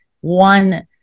one